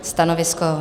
Stanovisko?